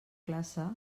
classe